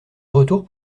retour